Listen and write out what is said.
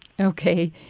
Okay